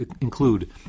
include